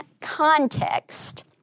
context